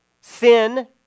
Sin